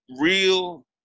real